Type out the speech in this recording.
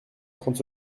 trente